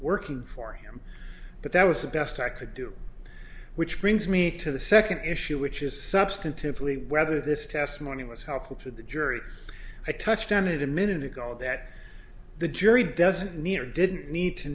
working for him but that was the best i could do which brings me to the second issue which is substantively whether this testimony was helpful to the jury i touched on it a minute ago that the jury doesn't need or didn't need to